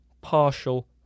partial